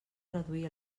reduir